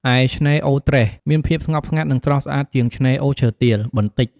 ឯ ឆ្នេរអូត្រេស មានភាពស្ងប់ស្ងាត់ និងស្រស់ស្អាតជាងឆ្នេរអូរឈើទាល បន្តិច។